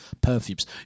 perfumes